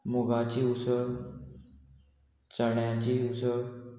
मुगाची उसळ चण्याची उसळ